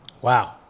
Wow